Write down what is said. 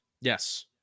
Yes